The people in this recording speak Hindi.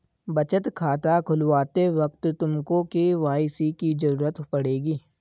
बचत खाता खुलवाते वक्त तुमको के.वाई.सी की ज़रूरत पड़ेगी